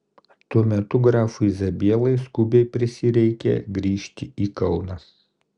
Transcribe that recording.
tuo metu grafui zabielai skubiai prisireikė grįžti į kauną